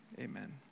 Amen